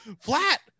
Flat